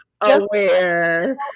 aware